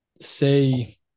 say